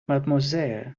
mademoiselle